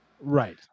Right